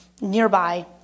nearby